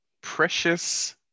precious